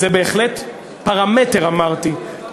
זה בהחלט פרמטר, אמרתי.